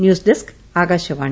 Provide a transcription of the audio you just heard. news desk Akashvani